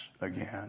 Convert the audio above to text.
again